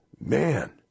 man